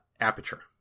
aperture